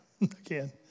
again